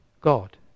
God